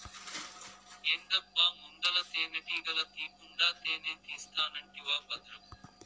ఏందబ్బా ముందల తేనెటీగల తీకుండా తేనే తీస్తానంటివా బద్రం